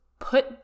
put